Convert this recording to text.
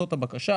זאת הבקשה.